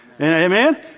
Amen